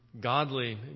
godly